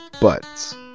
buts